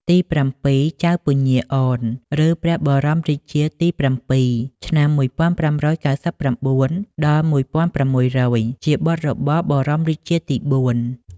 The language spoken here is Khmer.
ទីប្រាំពីរ ចៅពញាអន ឬព្រះបរមរាជាទី៧ (ឆ្នាំ ១៥៩៩-១៦០០) ជាបុត្ររបស់បរមរាជាទី៤។